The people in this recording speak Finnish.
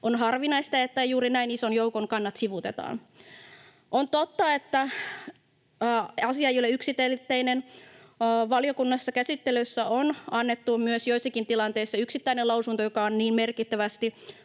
On harvinaista, että juuri näin ison joukon kannat sivuutetaan. On totta, että asia ei ole yksiselitteinen. Valiokunnan käsittelyssä on annettu joissakin tilanteissa yksittäinen lausunto, joka on niin merkittävä,